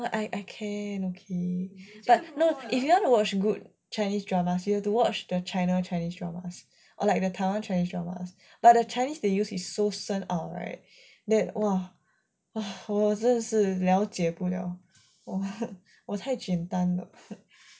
what I I can okay but no if you want to watch good chinese dramas you have to watch like the china chinese dramas or like the taiwan chinese drams but the chinese they use is so 深奥 right that !wah! 我真的是了解不了我太简单了